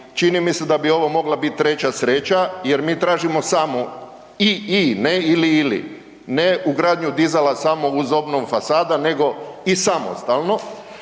čini mi se da bi ovo mogla biti treća sreća, jer mi tražimo samo i/i, ne ili/ili, ne ugradnju dizala samo uz obnovu fasada nego i samostalno,